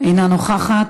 אינה נוכחת.